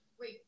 Wait